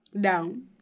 down